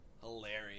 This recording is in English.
hilarious